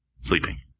sleeping